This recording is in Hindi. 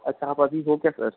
अच्छा आप अभी हो क्या सर